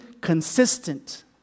consistent